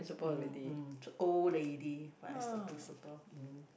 mm mm old lady but is the principal